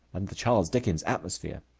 and the charles dickens atmosphere.